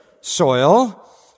soil